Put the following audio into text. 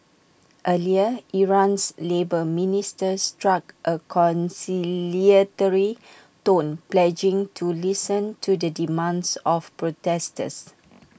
earlier Iran's labour minister struck A conciliatory tone pledging to listen to the demands of protesters